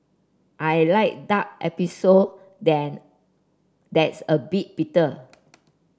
I like dark espresso than that's a bit bitter